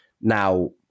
Now